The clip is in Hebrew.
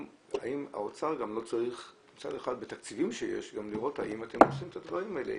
האם האוצר צריך בתקציבים שיש גם לראות אם אתם עושים את הדברים האלה?